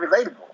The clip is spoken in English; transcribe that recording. relatable